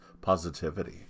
positivity